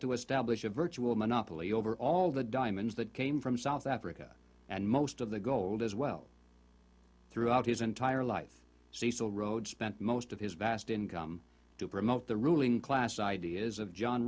to establish a virtual monopoly over all the diamonds that came from south africa and most of the gold as well throughout his entire life cecil rhodes spent most of his vast income to promote the ruling class ideas of john